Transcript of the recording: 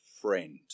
friend